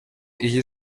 iyi